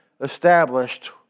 established